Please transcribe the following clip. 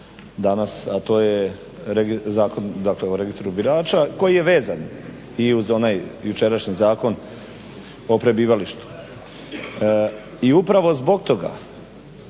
danas, a to je Zakon o registru birača koji je vezan i uz onaj jučerašnji Zakon o prebivalištu. I upravo zbog toga